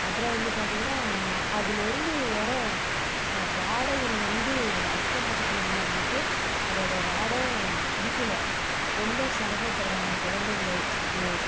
அப்புறம் வந்து பார்த்தீங்கன்னா அதுலேருந்து வர வாடைகள் வந்து அக்கம்பக்கத்தில் உள்ளவர்களுக்கு அதோடைய வாடைப் பிடிக்கல ரொம்ப சிரமப்பட்றாங்க கொழந்தைங்கள வச்சுக்கிட்டு